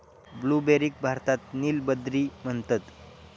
ब्लूबेरीक भारतात नील बद्री म्हणतत